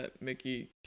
Mickey